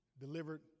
delivered